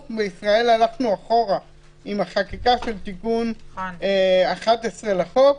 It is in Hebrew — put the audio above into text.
הלכנו אחורה עם החקיקה של תיקון 11 לחוק,